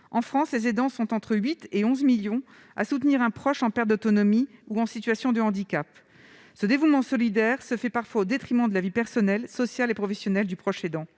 En France, entre 8 millions et 11 millions d'aidants soutiennent un proche en perte d'autonomie ou en situation de handicap. Ce dévouement solidaire se fait parfois au détriment de la vie personnelle, sociale et professionnelle du proche aidant.